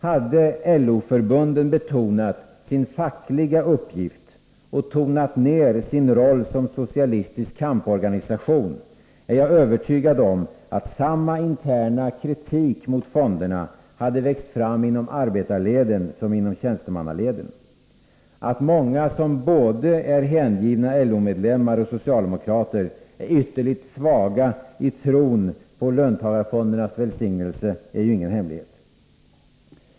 Hade LO-förbunden betonat sin fackliga uppgift och tonat ned sin roll som socialistisk kamporganisation, är jag övertygad om att samma interna kritik mot fonderna hade växt fram inom arbetarleden som inom tjänstemannaleden. Att många som både är hängivna LO-medlemmar och socialdemokrater är ytterligt svaga i tron på löntargarfondernas välsignelse är ju ingen hemlighet.